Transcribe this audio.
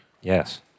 Yes